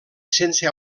sense